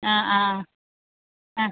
ആ ആ ആ